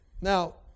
Now